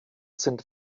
sind